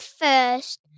first